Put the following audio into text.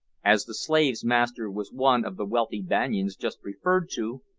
as the slave's master was one of the wealthy banyans just referred to,